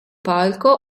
palco